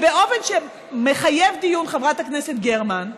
ובאופן שמחייב דיון, חברת הכנסת גרמן,